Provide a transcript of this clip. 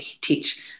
teach